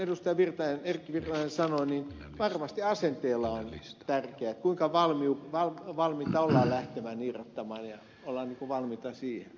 erkki virtanen sanoi varmasti asenne on tärkeä se kuinka valmiita ollaan lähtemään irrottamaan ja ollaan niin kuin valmiita siihen